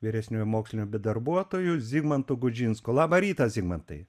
vyresniuoju moksliniu be darbuotoju zigmantu gudžinsku labą rytą zigmantai